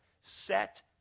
Set